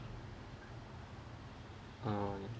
oh